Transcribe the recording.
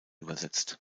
übersetzt